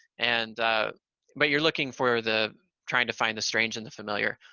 and but you're looking for the trying to find the strange in the familiar.